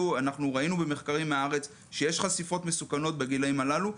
-- ראינו במחקרים שיש חשיפות מסוכנות בגילאים הללו.